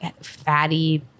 fatty